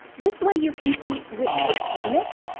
this way you can see which words you missed,